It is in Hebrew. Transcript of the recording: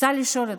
ורוצה לשאול אתכם: